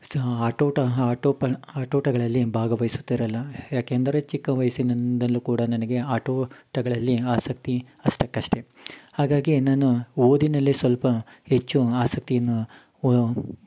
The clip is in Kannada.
ಸ ಆಟೋಟ ಆಟೋಪ ಆಟೋಟಗಳಲ್ಲಿ ಭಾಗವಹಿಸುತ್ತಿರಲ್ಲ ಯಾಕೆಂದರೆ ಚಿಕ್ಕ ವಯಸ್ಸಿನಿಂದಲು ಕೂಡ ನನಗೆ ಆಟೋ ಟಗಳಲ್ಲಿ ಆಸಕ್ತಿ ಅಷ್ಟಕ್ಕಷ್ಟೆ ಹಾಗಾಗಿ ನಾನು ಓದಿನಲ್ಲಿ ಸ್ವಲ್ಪ ಹೆಚ್ಚು ಆಸಕ್ತಿಯನ್ನು ಓ